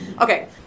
Okay